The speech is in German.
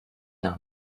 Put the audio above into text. nach